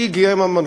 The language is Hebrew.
היא הגיעה עם המנכ"ל,